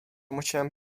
musiałem